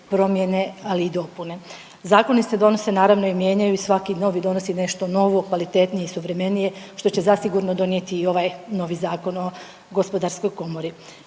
promjene, ali i dopune. Zakoni se donose naravno i mijenjaju i svaki novi donosi nešto novo, kvalitetnije i suvremenije što će zasigurno donijeti i ovaj novi Zakon o gospodarskoj komori.